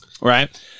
right